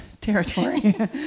territory